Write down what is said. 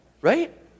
Right